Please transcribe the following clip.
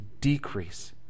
decrease